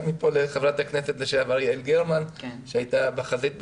מפה לח"כ לשעבר יעל גרמן שהייתה בחזית --- ואחרים.